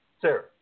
Sarah